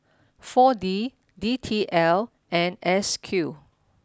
four D D T L and S Q